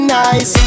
nice